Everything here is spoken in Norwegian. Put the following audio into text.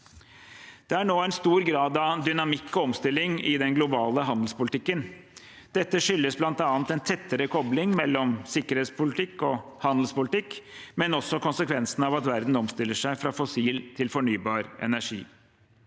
Det er nå en stor grad av dynamikk og omstilling i den globale handelspolitikken. Det skyldes bl.a. en tettere kobling mellom sikkerhetspolitikk og handelspolitikk, men også konsekvensene av at verden omstiller seg fra fossil til fornybar energi.